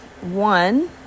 one